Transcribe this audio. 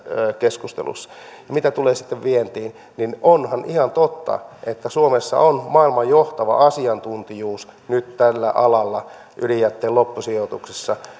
keskustelussa mitä tulee sitten vientiin niin onhan ihan totta että suomessa on maailman johtava asiantuntijuus nyt tällä alalla ydinjätteen loppusijoituksessa